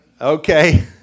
Okay